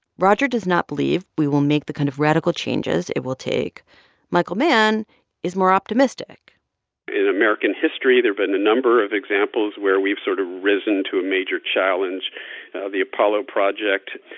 roger does not believe we will make the kind of radical changes it will take michael mann is more optimistic in american history, there have been a number of examples where we've sort of risen to a major challenge the apollo project,